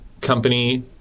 company